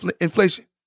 inflation